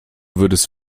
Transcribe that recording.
würdest